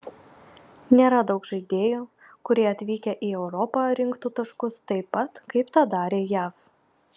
nėra daug žaidėjų kurie atvykę į europą rinktų taškus taip pat kaip tą darė jav